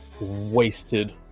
wasted